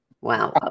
Wow